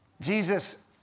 Jesus